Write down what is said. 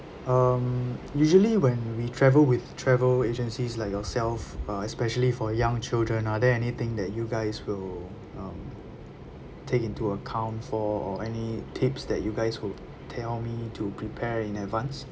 um usually when we travel with travel agencies like yourself uh especially for young children are there anything that you guys will um take into account for or any tips that you guys will tell me to prepare in advance